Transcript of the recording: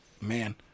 man